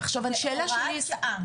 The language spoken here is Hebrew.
כהוראת שעה,